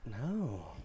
no